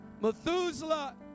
Methuselah